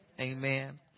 Amen